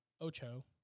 Ocho